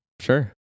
Sure